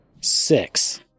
Six